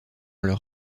leur